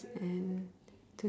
and to